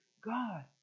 God